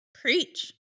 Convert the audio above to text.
Preach